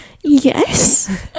Yes